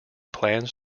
plans